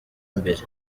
imbere